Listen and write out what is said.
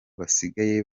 basigaye